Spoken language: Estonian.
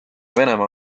venemaa